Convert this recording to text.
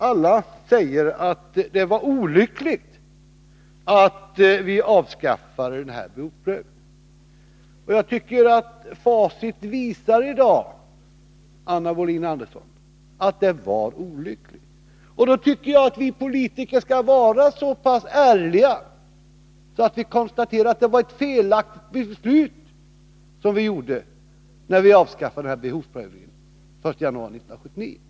De säger alla att det var olyckligt att vi avskaffade behovsprövningen. Facit visar i dag, Anna Wohlin-Andersson, att det var olyckligt. Då tycker jag att vi politiker skall vara så pass ärliga att vi kan konstatera att det var ett felaktigt beslut som vi fattade när vi avskaffade behovsprövningen den 1 januari 1979.